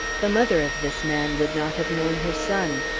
the mother of this man would not have known her son.